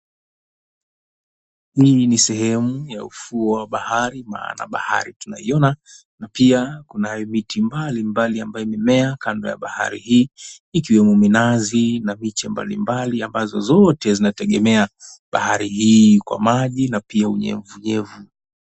Hii ni sehemu ya ufuo wa bahari maana bahari tunaiona na pia kunayo miti ya aina mbalimbali, mimea kando ya bahari hii ikiwemo minazi na miche mbalimbali ambazo zote zinategemea bahari hii kwa maji na pia unyevu unyevu